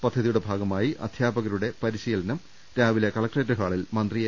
പദ്ധതിയുടെ ഭാഗമായി അധ്യാപകരുടെ പരിശീലനം രാവിലെ കലക്ടറേറ്റ് ഹാളിൽ മന്ത്രി എ